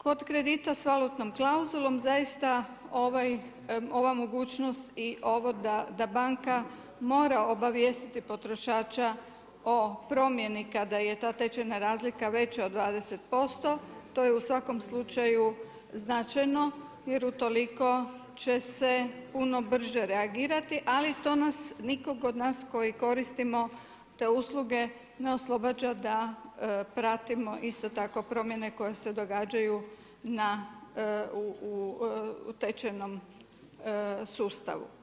Kod kredita sa valutnom klauzulom zaista ova mogućnost i ovo da banka mora obavijestiti potrošača o promjeni kada je ta tečajna razlika veća od 20%, to je u svakom slučaju značajno, jer utoliko će se puno brže reagirati, ali to nas, nikog od nas koji koristimo te usluge ne oslobađa da pratimo isto tako promjene koje se događaju u tečajnom sustavu.